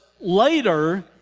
later